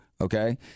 okay